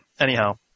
Anyhow